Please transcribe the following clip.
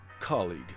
Colleague